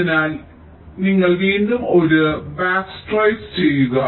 അതിനാൽ ഇതിനായി നിങ്ങൾ വീണ്ടും ഒരു ബാക്ക് സ്ട്രെസ് ചെയ്യുക